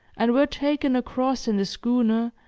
and were taken across in the schooner,